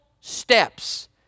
steps